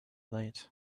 late